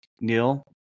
Neil